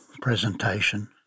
presentation